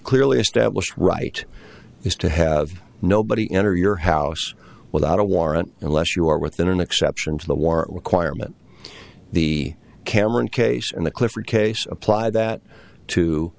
clearly established right is to have nobody enter your house without a warrant unless you are within an exception to the war acquirement the cameron case and the clifford case apply that to